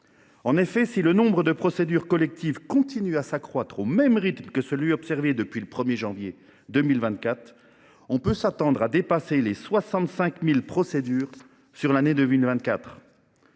En effet, si le nombre de procédures collectives continue de s’accroître au même rythme que celui qui a été observé depuis le 1 janvier 2024, on peut s’attendre à dépasser les 65 000 procédures sur l’ensemble